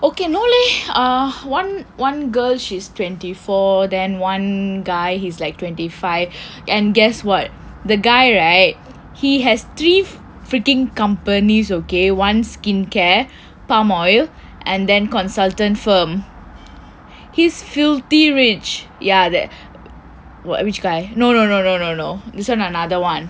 ok no leh one one girl she's twenty four then one guy he's like twenty five and guess what the guy right he has three freaking companies ok [one] skincare palm oil and then consultant firm he is filthy rich ya that which guy no no no no no no this one another one